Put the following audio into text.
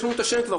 יש לנו את השם כבר,